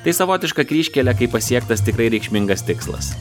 tai savotiška kryžkelė kai pasiektas tikrai reikšmingas tikslas